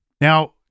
Now